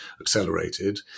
accelerated